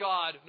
God